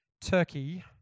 Turkey